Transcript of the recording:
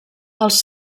els